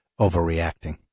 overreacting